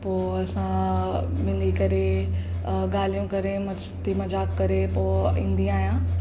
पोइ असां मिली करे ॻाल्हियूं करे मस्ती मज़ाक करे पोइ ईंदी आहियां